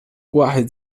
واحد